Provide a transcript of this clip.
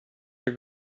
your